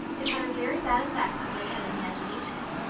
it had a very bad effect on diana's imagination.